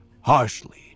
harshly